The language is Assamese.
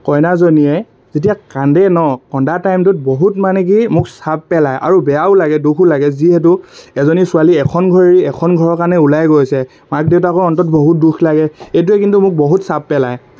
কইনাজনীয়ে যেতিয়া কান্দে ন কন্দা টাইমটোত বহুত মানে কি মোক চাপ পেলায় আৰু বেয়াও লাগে দুখো লাগে যিহেতু এজনী ছোৱালী এখন ঘৰ এৰি এখন ঘৰৰ কাৰণে ওলাই গৈছে মাক দেউতাকৰ অন্তৰত বহুত দুখ লাগে এইটোৱে কিন্তু মোক বহুত চাপ পেলায়